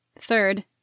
Third